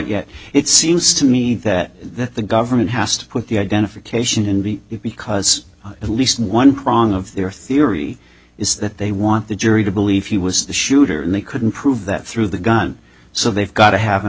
yet it seems to me that that the government has to put the identification in b b because at least one prong of their theory is that they want the jury to believe he was the shooter and they couldn't prove that through the gun so they've got to have an